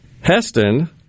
Heston